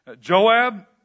Joab